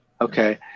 okay